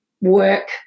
work